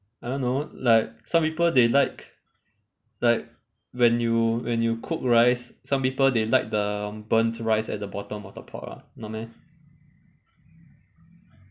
uh no like some people they like like when you when you cook rice some people they like the burnt rice at the bottom of the pot [what] not meh